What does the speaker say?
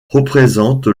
représente